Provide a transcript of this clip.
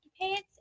pants